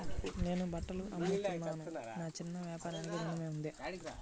నేను బట్టలు అమ్ముతున్నాను, నా చిన్న వ్యాపారానికి ఋణం ఉందా?